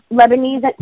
lebanese